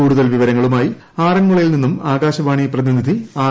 കൂടുതൽ വിവരങ്ങളുമായി ആറന്മുളയിൽ നിന്നും ആകാശവാണി പ്രതിനിധി ആർ